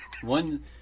one